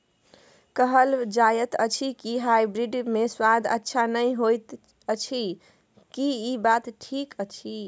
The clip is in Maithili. कहल जायत अछि की हाइब्रिड मे स्वाद अच्छा नही होयत अछि, की इ बात ठीक अछि?